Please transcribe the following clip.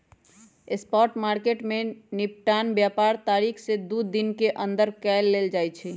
spot market में निपटान व्यापार तारीख से दू दिन के अंदर कऽ लेल जाइ छइ